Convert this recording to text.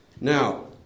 Now